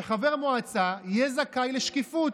שחבר מועצה יהיה זכאי לשקיפות,